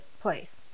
place